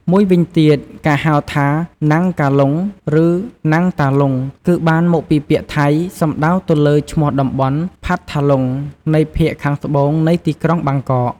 មួយវិញទៀត ការហៅថា “ណាំងកាលុង” ឬ “ណាំងតាលុង” គឺបានមកពីពាក្យថៃសំដៅទៅលើឈ្មោះតំបន់ផាត់ថាលុង នៃភាគខាងត្បូងនៃទីក្រុងបាងកក ។